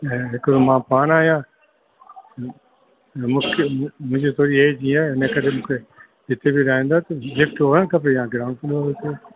ऐं हिकिड़ो मां पाणि आहियां मूंखे मुंहिंजी थोरी एज हीअं आहे हिन करे मूंखे जिते बि रहंदा त लिफ्ट हुअणु खपे या ग्राउंड फ्लोर हुजे